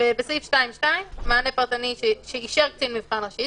בסעיף 2(2), "מענה פרטני שאישר קצין מבחן ראשי".